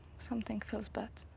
something feels bad.